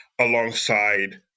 alongside